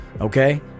okay